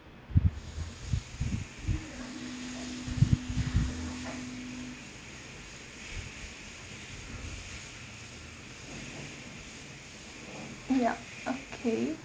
ya okay